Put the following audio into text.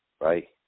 right